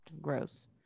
gross